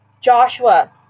Joshua